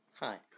Hi